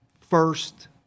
first